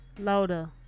Louder